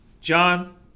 John